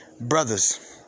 Brothers